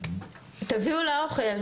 תביאו לה אוכל.